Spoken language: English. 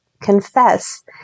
confess